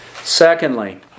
Secondly